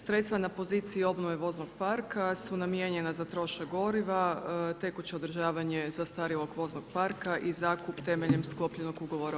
Sredstva na poziciji obnove voznog parka su namijenjena za trošak goriva, tekuće održavanje zastarjelog voznog parka i zakup temeljem sklopljenog ugovora o